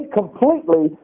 completely